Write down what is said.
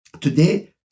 Today